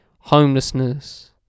Homelessness